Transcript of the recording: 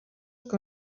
que